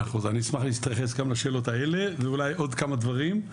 100% אני אשמח להתייחס גם לשאלות האלה ואולי עוד כמה דברים.